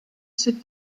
sit